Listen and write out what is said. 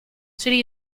city